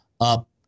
up